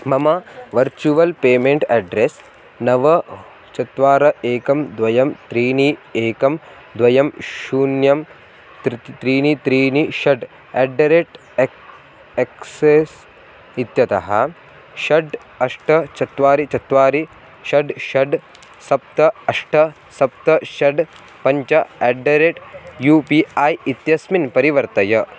मम virtual payment address नव चत्वारि एकं द्वयं त्रीणि एकं द्वयं शून्यं तृत् त्रीणि त्रीणि षट् एट् द रेट् एक् एक्सिस् इत्यतः षड् अष्ट चत्वारि चत्वारि षड् षड् सप्त अष्ट सप्त षड् पञ्च at the rate U P I इत्यस्मिन् परिवर्तय